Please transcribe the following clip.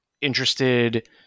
interested